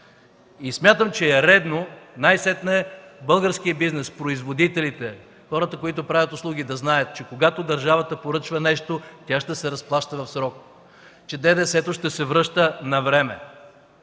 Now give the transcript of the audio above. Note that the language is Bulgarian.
Смятам, че е редно най-сетне българският бизнес, производителите, хората, които правят услуги, да знаят, че когато държавата поръчва нещо, тя ще се разплаща в срок, че ДДС ще се връща навреме.